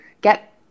get